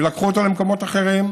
ולקחו אותו למקומות אחרים,